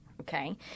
okay